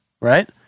right